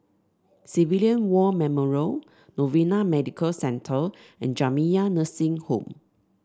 Civilian War Memorial Novena Medical Centre and Jamiyah Nursing Home